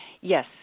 Yes